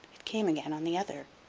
came again on the other.